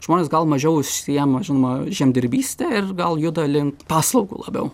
žmonės gal mažiau užsiima žinoma žemdirbyste ir gal juda link paslaugų labiau